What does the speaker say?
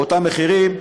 באותם מחירים,